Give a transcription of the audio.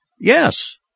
Yes